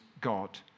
God